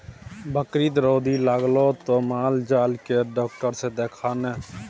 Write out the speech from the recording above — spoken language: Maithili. बकरीके रौदी लागलौ त माल जाल केर डाक्टर सँ देखा ने